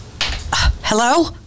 Hello